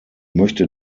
möchte